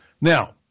Now